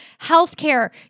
healthcare